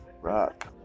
rock